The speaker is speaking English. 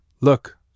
Look